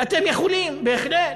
ואתם יכולים, בהחלט.